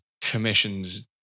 commissions